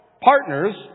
partners